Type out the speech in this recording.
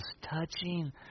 touching